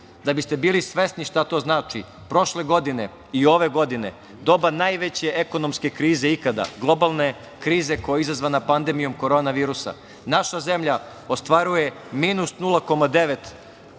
Da bi ste bili svesni šta to znači, prošle godine i ove godine doba najveće ekonomske krize ikada, globalne krize koja je izazvana pandemijom korona virusa, naša zemlja ostvaruje minus 0,9%